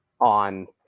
on